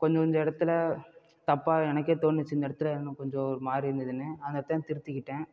கொஞ்சம் கொஞ்ச இடத்துல தப்பாக எனக்கே தோணுச்சு இந்த இடத்துல எனக்கு கொஞ்சம் ஒருமாதிரி இருந்ததுன்னு அந்த இடத்த திருத்திக்கிட்டேன்